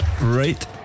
Right